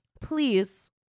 Please